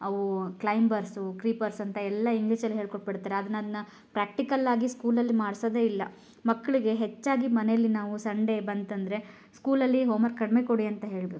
ಅವು climbers creepers ಅಂತ ಎಲ್ಲ ಇಂಗ್ಲೀಷ್ ಅಲ್ಲಿ ಹೇಳ್ಕೊಟ್ಬಿಡ್ತಾರೆ ಆದರೆ ಅದನ್ನ ಪ್ರ್ಯಾಕ್ಟಿಕಲ್ ಆಗಿ ಸ್ಕೂಲಲ್ಲಿ ಮಾಡಿಸೋದೇ ಇಲ್ಲ ಮಕ್ಕಳಿಗೆ ಹೆಚ್ಚಾಗಿ ಮನೇಲಿ ನಾವು ಸಂಡೇ ಬಂತಂದ್ರೆ ಸ್ಕೂಲಲ್ಲಿ ಹೋಮ್ವರ್ಕ್ ಕಡಿಮೆ ಕೊಡಿ ಅಂತ ಹೇಳಬೇಕು